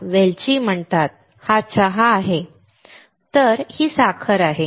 याला वेलची म्हणतात हा चहा आहे ठीक आहे ही साखर आहे